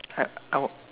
I I was